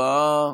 להצבעה.